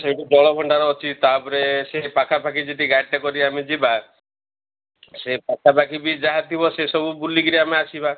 ସେଇଠି ଜଳଭଣ୍ଡାର ଅଛି ତା'ପରେ ସେଇଠି ପାଖାପାଖି ଯଦି ଗାଡ଼ିଟେ କରି ଆମେ ଯିବା ସେ ପାଖାପାଖି ବି ଯାହା ଥିବ ସେ ସବୁ ବୁଲିକିରି ଆମେ ଆସିବା